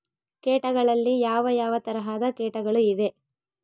ಕೇಟಗಳಲ್ಲಿ ಯಾವ ಯಾವ ತರಹದ ಕೇಟಗಳು ಇವೆ?